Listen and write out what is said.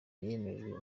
yemejwe